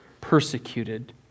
persecuted